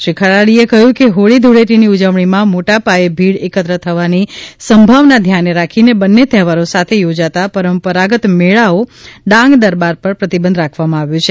શ્રી ખરાડીએ કહ્યું છે કે હોળી ધુળેટીની ઉજવણીમાં મોટા પાયે ભીડ એકત્ર થવાની સંભાવના ધ્યાને રાખીને બંને તહેવારો સાથે યોજાતા પરંપરાગત મેળાઓ ડાંગ દરબાર પર પ્રતિબંધ રાખવામાં આવ્યો છે